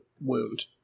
wound